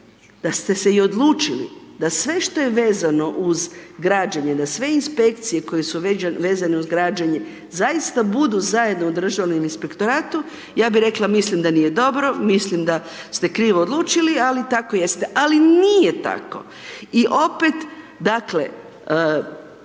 Da ste se i odlučili da sve što je vezano uz građenje, da sve inspekcije koje su vezane uz građenje zaista budu zajedno u Državnom inspektoratu ja bih rekla mislim da nije dobro, mislim da ste krivo odlučili ali tako jeste. Ali nije tako. I opet dakle,